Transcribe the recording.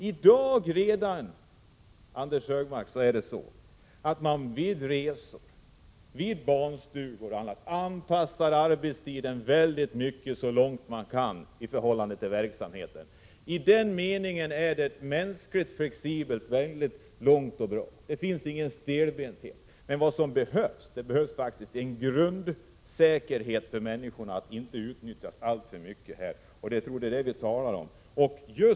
Redan i dag, Anders G Högmark, anpassas arbetstiden väldigt mycket så långt man kan i förhållande till verksamheten. I den meningen är det mänskligt flexibelt, att det inte finns någon stelbenthet. Men vad som behövs är en grundsäkerhet för människorna att inte utnyttjas alltför mycket.